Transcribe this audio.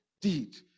deed